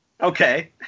Okay